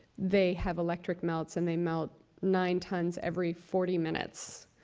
they have electric melts, and they melt nine times every forty minutes.